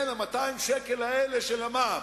כן, 200 השקלים האלה של המע"מ,